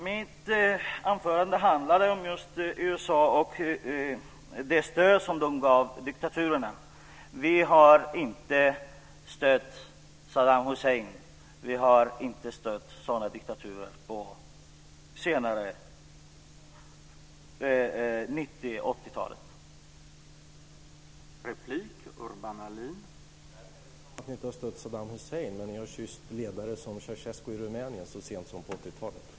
Herr talman! Murad Artin hade i sitt inlägg en retorisk fråga om hur många diktaturer som USA har stött genom åren. För mig påminner detta om att kasta sten i glashus. Jag har därför bara en enda fråga till Murad Artin: Hur många diktaturer har Vänsterpartiet stött genom åren?